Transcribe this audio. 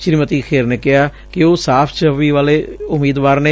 ਸ੍ਰੀਮਤੀ ਖੇਰ ਨੇ ਕਿਹਾ ਕਿ ਉਹ ਸਾਫ਼ ਛੱਵੀ ਵਾਲੀ ਉਮੀਦਵਾਰ ਨੇ